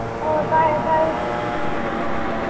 ꯑꯣ ꯇꯥꯏꯌꯦ ꯇꯥꯏꯌꯦ